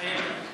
מתחייב אני